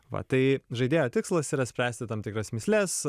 va tai žaidėjo tikslas yra spręsti tam tikras mįsles